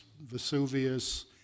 Vesuvius